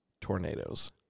tornadoes